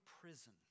prison